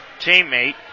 teammate